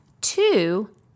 two